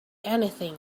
anything